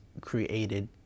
created